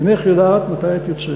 אינך יודעת מתי את יוצאת.